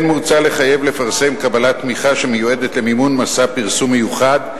כן מוצע לחייב לפרסם קבלת תמיכה שמיועדת למימון מסע פרסום מיוחד,